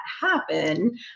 happen